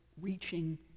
reaching